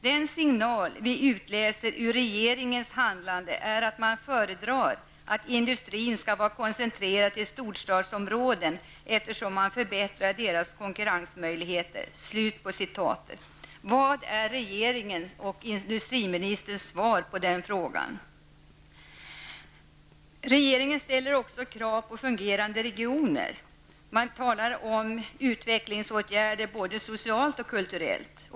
- Den signal vi utläser ur regeringens handlande är att man föredrar att industrin skall vara koncentrerad till storstadsområden eftersom man förbättrar deras konkurrensmöjligheter.'' Vad är regeringens och industriministerns svar på den frågan? Regeringen ställer också krav på fungerande regioner. Man talar om utvecklingsåtgärder som skall fungera både socialt och kulturellt.